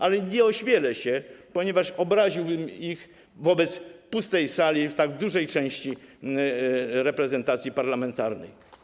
Ale nie ośmielę się, ponieważ obraziłbym ich wobec pustej sali, wobec nieobecności tak dużej części reprezentacji parlamentarnej.